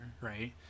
right